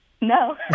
No